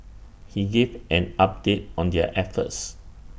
he gave an update on their efforts